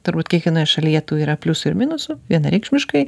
turbūt kiekvienoj šalyje tų yra pliusų ir minusų vienareikšmiškai